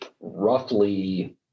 roughly